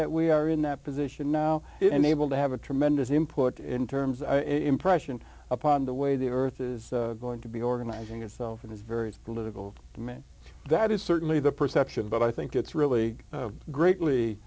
that we are in that position now and able to have a tremendous import in terms of impression upon the way the earth is going to be organizing itself in these various political demands that is certainly the perception but i think it's really greatly